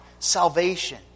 salvation